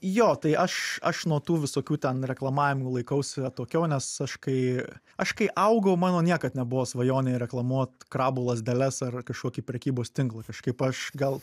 jo tai aš aš nuo tų visokių ten reklamavimų laikausi atokiau nes aš kai aš kai augau mano niekad nebuvo svajonė reklamuot krabų lazdeles ar kažkokį prekybos tinklą kažkaip aš gal